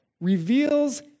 reveals